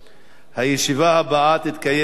הישיבה הבאה תתקיים מחר,